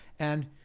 and